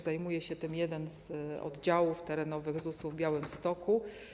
Zajmuje się tym jeden z oddziałów terenowych ZUS - w Białymstoku.